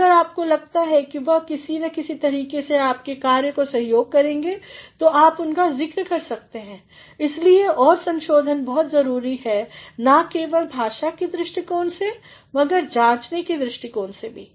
और अगर आपको लगता है कि वह किसी ना किसी तरीके से आपके कार्य का सहयोग करेंगे तो आप उनका ज़िक्र कर सकते हैं इसलिए और संशोधन बहुत ज़रूरी है ना केवल भाषा की दृष्टिकोण से मगर जांचने की दृष्टिकोण से भी